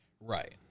Right